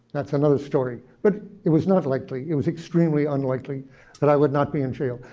that's another story. but it was not likely. it was extremely unlikely that i would not be in jail.